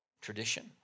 tradition